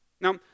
Now